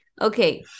Okay